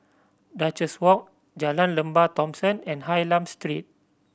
Duchess Walk Jalan Lembah Thomson and Hylam Street